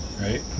right